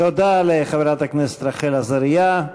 תודה לחברת הכנסת רחל עזריה.